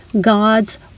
God's